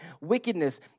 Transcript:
wickedness